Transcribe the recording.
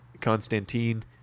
Constantine